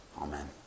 Amen